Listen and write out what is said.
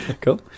cool